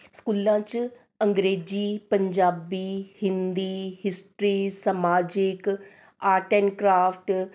ਸਕੂਲਾਂ 'ਚ ਅੰਗਰੇਜ਼ੀ ਪੰਜਾਬੀ ਹਿੰਦੀ ਹਿਸਟਰੀ ਸਮਾਜਿਕ ਆਰਟ ਐਂਡ ਕਰਾਫਟ